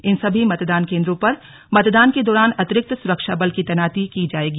इन सभी मतदान केन्द्रों पर मतदान के दौरान अतिरिक्त सुरक्षा बल की तैनाती की जायेगी